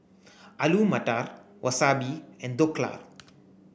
Alu Matar Wasabi and Dhokla